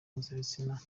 mpuzabitsina